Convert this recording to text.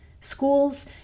Schools